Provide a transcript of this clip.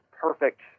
perfect